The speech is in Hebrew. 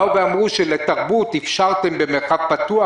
באו ואמרו שלתרבות אפשרתם למרחב פתוח,